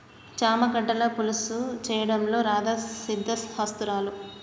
చామ గడ్డల పులుసు చేయడంలో రాధా సిద్దహస్తురాలు